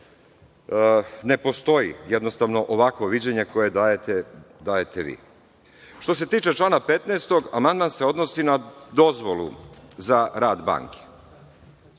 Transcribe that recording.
ne postoji jednostavno ovakvo viđenje koje dajete vi. Što se tiče člana 15, amandman se odnosi na dozvolu za rad banke.